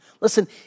Listen